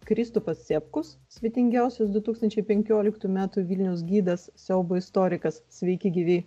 kristupas cepkus svetingiausias du tūkstančiai penkioliktų metų vilniaus gidas siaubo istorikas sveiki gyvi